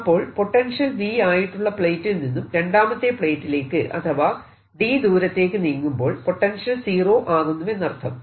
അപ്പോൾ potential V ആയിട്ടുള്ള പ്ലേറ്റിൽ നിന്നും രണ്ടാമത്തെ പ്ലേറ്റിലേക്ക് അഥവാ d ദൂരത്തേക്ക് നീങ്ങുമ്പോൾ പൊട്ടൻഷ്യൽ 0 ആകുന്നുവെന്നർത്ഥം